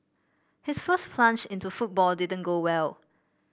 his first plunge into football didn't go well